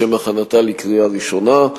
לשם הכנתה לקריאה ראשונה,